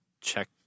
check